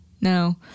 No